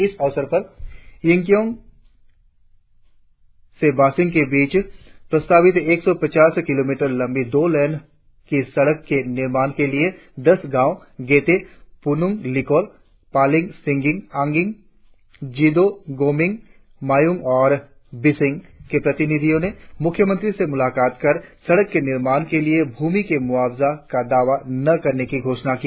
इस अवसर पर यिंगकियंग से बिशिंग के बीच प्रस्तावित एक सौ पचास किलोमीटर लंबी दो लेन की सड़क के निर्माण के लिए दस गांवो गेटे पूंगिंग लिकोर पालिंग सिंगिंग एंगिंग जिदो गोमिंग मायुंग और बिशिंग के प्रतिनिधियों ने मुख्यमंत्री से मुलाकात कर सड़क के निर्माण के लिए भूमि के मुआवजे का दावा न करने की घोषणा की